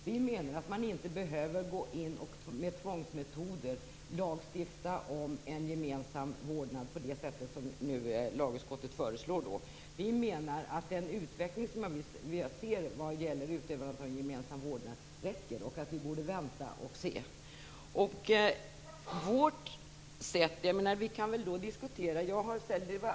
Vi menar att man inte behöver gå in och lagstifta om gemensam vårdnad med tvångsmetoder på det sätt som lagutskottet föreslår. Vi menar att den utveckling vi ser vad gäller utövandet av gemensam vårdnad räcker. Vi borde vänta och se. Vi kan diskutera det här.